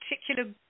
particular